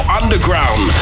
underground